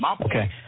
Okay